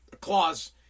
clause